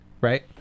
right